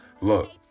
Look